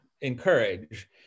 encourage